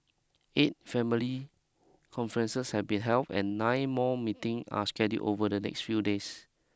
eight family conferences have been held and nine more meeting are scheduled over the next few days